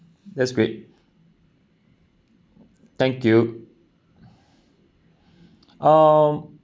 that's great thank you um